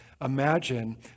Imagine